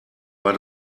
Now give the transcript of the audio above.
war